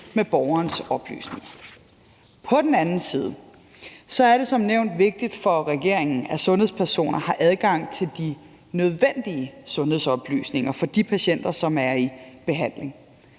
om borgernes oplysninger. På den anden side er det som nævnt vigtigt for regeringen, at sundhedspersoner har adgang til de nødvendige sundhedsoplysninger for de patienter, som er i behandling.